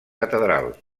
catedral